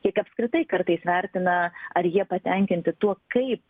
tiek apskritai kartais vertina ar jie patenkinti tuo kaip